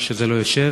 איפה שזה לא יושב,